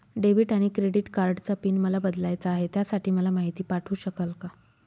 Debit आणि credit कार्डचा pin मला बदलायचा आहे, त्यासाठी मला माहिती पाठवू शकाल का?